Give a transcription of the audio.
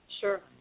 Sure